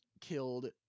killed